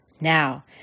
Now